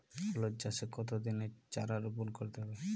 হলুদ চাষে কত দিনের চারা রোপন করতে হবে?